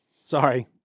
Sorry